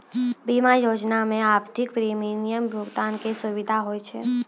बीमा योजना मे आवधिक प्रीमियम भुगतान के सुविधा होय छै